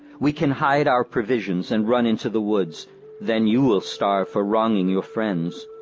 we can hide our provisions and run into the woods then you will starve for wronging your friends.